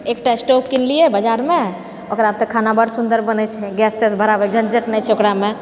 एकटा स्टॉप किनलिऐ बाजारमे ओकरा पर तऽ खाना बड सुन्दर बनै छै गैस तैस भरावैके झंझट नहि छै ओकरामे